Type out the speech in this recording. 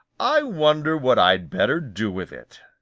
i wonder what i'd better do with it.